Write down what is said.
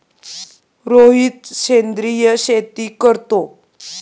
रोहित सेंद्रिय शेती करतो